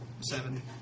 Seven